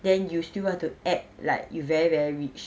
then you still want to act like you very very rich